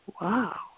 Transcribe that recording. Wow